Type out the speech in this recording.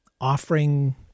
offering